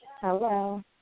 Hello